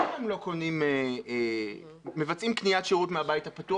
למה הם לא מבצעים קניית שירות מהבית הפתוח